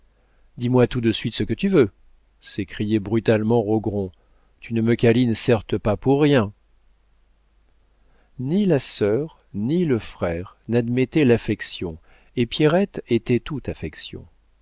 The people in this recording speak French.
dis-moi tout de suite ce que tu veux s'écriait brutalement rogron tu ne me câlines certes pas pour rien ni la sœur ni le frère n'admettaient l'affection et pierrette était tout affection